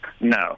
No